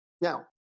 now